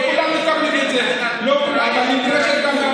לא כולם מקבלים את זה,